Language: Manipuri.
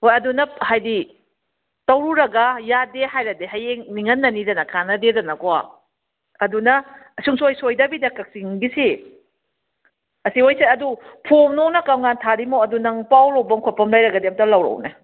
ꯍꯣꯏ ꯑꯗꯨꯅ ꯍꯥꯏꯗꯤ ꯇꯧꯔꯨꯔꯒ ꯌꯥꯗꯦ ꯍꯥꯏꯔꯗꯤ ꯍꯌꯦꯡ ꯅꯤꯡꯍꯟꯅꯅꯤꯗꯅ ꯀꯥꯟꯅꯗꯦꯗꯅꯀꯣ ꯑꯗꯨꯅ ꯁꯨꯡꯁꯣꯏ ꯁꯣꯏꯗꯕꯤꯗ ꯀꯛꯆꯤꯡꯒꯤꯁꯤ ꯑꯁꯤ ꯑꯣꯏ ꯆꯠ ꯑꯗꯨ ꯐꯣꯝ ꯅꯨꯡꯅ ꯀꯔꯝꯀꯥꯟ ꯊꯥꯔꯤꯃꯣ ꯑꯗꯨ ꯅꯪ ꯄꯥꯎ ꯂꯧꯐꯝ ꯈꯣꯠꯄꯝ ꯂꯩꯔꯒꯗꯤ ꯑꯝꯇ ꯂꯧꯔꯛꯎꯅꯦ